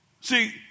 See